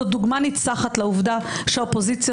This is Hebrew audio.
זאת דוגמה ניצחת לעובדה שהאופוזיציה